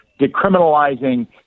decriminalizing